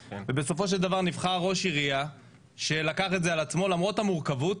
ובסופו של דבר נבחר ראש עירייה שלקח את זה על עצמו למרות המורכבות,